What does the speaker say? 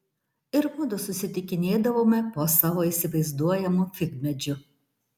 ir mudu susitikinėdavome po savo įsivaizduojamu figmedžiu